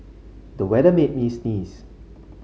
the weather made me sneeze